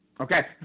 okay